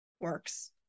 works